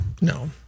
No